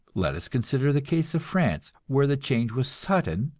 let us consider the case of france, where the change was sudden,